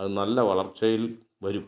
അത് നല്ല വളർച്ചയിൽ വരും